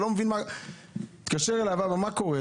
אני מתקשר אליו, שואל אותו: מה קורה?